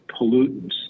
pollutants